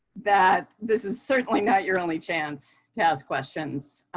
that this is certainly not your only chance to ask questions.